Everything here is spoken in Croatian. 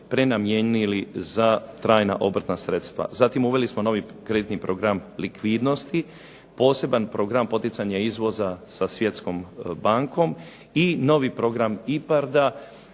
prenamijenili za trajna obrtna sredstva. Zatim uveli smo novi kreditni program likvidnosti, poseban program poticanja izvoza sa Svjetskom bankom. I novi program IPARD-a